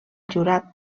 jurat